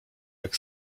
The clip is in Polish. jak